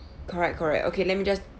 correct correct okay let me just